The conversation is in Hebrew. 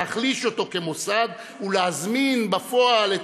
להחליש אותו כמוסד ולהזמין בפועל את